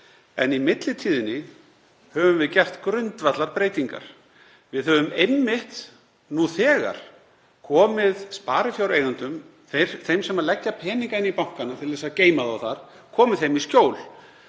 en í millitíðinni höfum við gert grundvallarbreytingar. Við höfum nú þegar komið sparifjáreigendum, þeim sem leggja peninga inn í bankana til að geyma þá þar, í skjól.